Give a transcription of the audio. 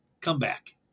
comeback